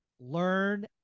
learn